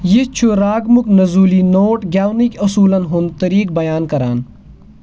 یہِ چھُ راگمُک نٔزولی نوٹ گٮ۪ونٕکۍ اصوٗلَن ہُنٛد طریٖقہٕ بیان کَران